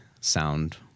sound